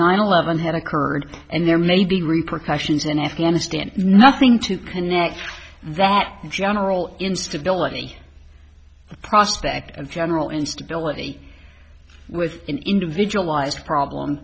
nine eleven had occurred and there may be repercussions in afghanistan nothing to connect that in general instability prospect and general instability with individualized problem